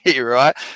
right